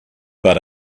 but